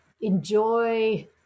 enjoy